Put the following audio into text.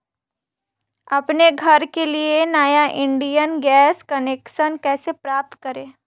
अपने घर के लिए नया इंडियन गैस कनेक्शन कैसे प्राप्त करें?